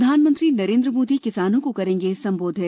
प्रधानमंत्री नरेन्द्र मोदी किसानों को करेंगे संबोधित